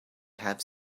have